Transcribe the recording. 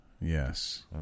Yes